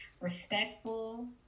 respectful